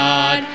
God